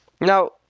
Now